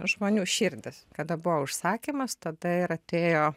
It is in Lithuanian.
žmonių širdis kada buvo užsakymas tada ir atėjo